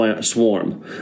swarm